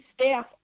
staff